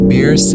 Beer